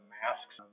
masks